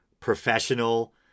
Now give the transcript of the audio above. professional